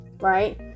right